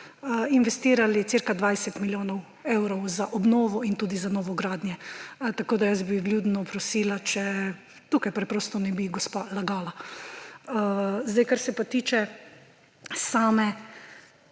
investirali cirka 20 milijonov evrov za obnovo in tudi za novogradnje. Tako bi vljudno prosila, če tukaj preprosto ne bi gospa lagala. Kar se pa tiče same